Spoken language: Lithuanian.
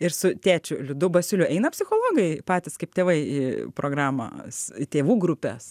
ir su tėčiu liudu basiuliu eina psichologai patys kaip tėvai į programas į tėvų grupes